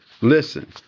Listen